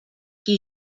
qui